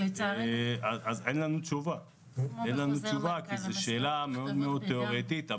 אין לנו תשובה לזה כי זו שאלה תיאורטית.